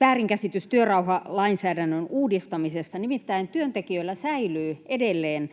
väärinkäsitys työrauhalainsäädännön uudistamisesta. Nimittäin työntekijöillä säilyy edelleen